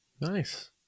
Nice